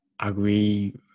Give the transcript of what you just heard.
agree